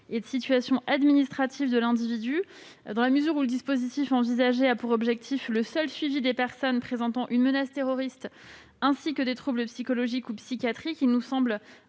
et de situation administrative de l'individu. Dans la mesure où le dispositif envisagé a pour objectif le seul suivi des personnes présentant une menace terroriste, ainsi que des troubles psychologiques ou psychiatriques, il nous semble